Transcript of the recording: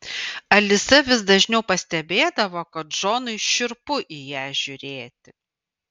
alisa vis dažniau pastebėdavo kad džonui šiurpu į ją žiūrėti